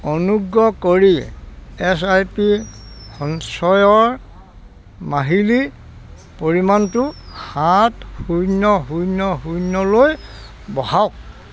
অনুগ্ৰহ কৰি S I P সঞ্চয়ৰ মাহিলী পৰিমাণটো সাত শূন্য শূন্য শূন্যলৈ বঢ়াওক